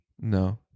No